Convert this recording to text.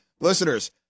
Listeners